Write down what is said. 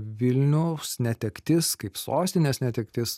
vilniaus netektis kaip sostinės netektis